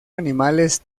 animales